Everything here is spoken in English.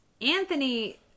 Anthony